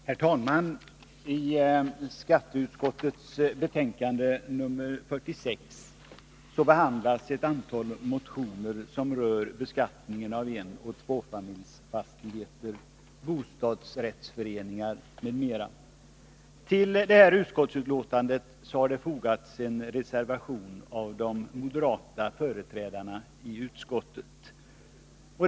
Herr talman! I skatteutskottets betänkande 46 behandlas ett antal motioner rörande beskattningen av enoch tvåfamiljsfastigheter, bostadsrättsföreningar m.m. Till det här utskottetsbetänkandet har det fogats en reservation av de moderata företrädarna i utskottet.